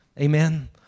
Amen